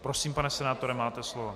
Prosím, pane senátore, máte slovo.